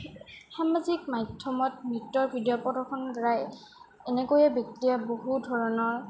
সামাজিক মাধ্যমত প্ৰদৰ্শন দ্বাৰাই এনেকৈয়ে ব্যক্তিয়ে বহু ধৰণৰ